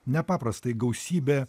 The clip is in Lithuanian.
nepaprastai gausybė